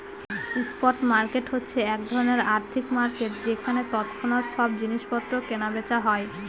spot market হচ্ছে এক ধরনের আর্থিক মার্কেট যেখানে তৎক্ষণাৎ সব জিনিস পত্র কেনা বেচা হয়